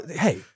Hey